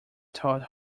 taught